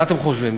מה אתם חושבים,